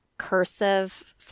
cursive